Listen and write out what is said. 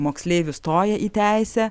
moksleivių stoja į teisę